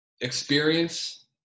Experience